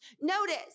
Notice